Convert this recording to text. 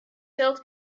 build